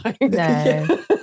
No